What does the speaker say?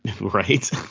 Right